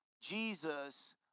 Jesus